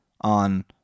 on